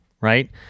right